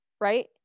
right